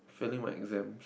failing what exams